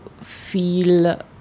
feel